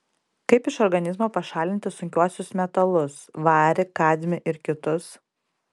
kaip iš organizmo pašalinti sunkiuosius metalus varį kadmį ir kitus